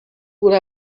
would